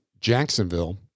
Jacksonville